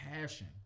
passion